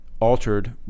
altered